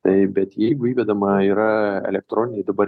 tai bet jeigu įvedama yra elektroniniai dabar